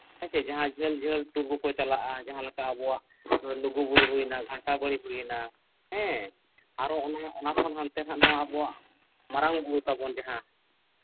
ᱦᱮᱸ ᱡᱟᱦᱟᱸᱭ ᱡᱷᱟᱹᱞ ᱡᱷᱟᱹᱞ ᱴᱩᱨ ᱠᱚᱠᱚ ᱪᱟᱞᱟᱜᱼᱟ ᱡᱟᱦᱟᱸ ᱞᱮᱠᱟ ᱟᱵᱚᱣᱟᱜ ᱞᱩᱜᱩᱼᱵᱩᱨᱩ ᱦᱩᱭᱱᱟ ᱜᱷᱟᱱᱴᱟ ᱵᱟᱲᱮ ᱦᱩᱭᱱᱟ ᱦᱮᱸ ᱟᱨ ᱚᱱᱟ ᱠᱷᱚᱱ ᱦᱟᱱᱛᱮ ᱦᱟᱸᱜ ᱟᱵᱚᱣᱟᱜ ᱢᱟᱨᱟᱝ ᱵᱩᱨᱩ ᱛᱟᱵᱚᱱ ᱡᱟᱦᱟᱸ